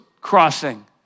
crossing